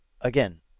again